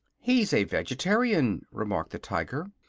he's a vegetarian, remarked the tiger,